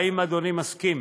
האם אדוני מסכים?